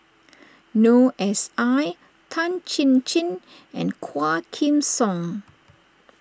Noor S I Tan Chin Chin and Quah Kim Song